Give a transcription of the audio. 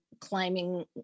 climbing